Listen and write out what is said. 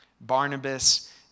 Barnabas